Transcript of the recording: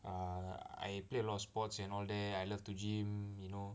err I play a lot of sports and all that I love to gym you know